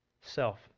self